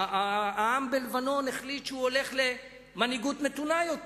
העם בלבנון החליט שהוא הולך למנהיגות מתונה יותר.